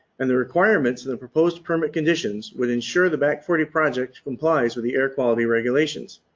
and the requirements of the proposed permit conditions would ensure the back forty project complies with the air quality regulations.